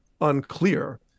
unclear